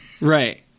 Right